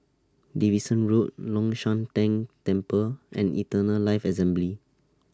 Davidson Road Long Shan Tang Temple and Eternal Life Assembly